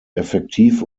effektiv